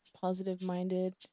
positive-minded